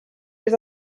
his